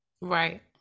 Right